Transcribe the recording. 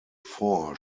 four